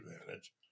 advantage